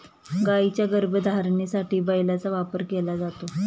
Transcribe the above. गायींच्या गर्भधारणेसाठी बैलाचा वापर केला जातो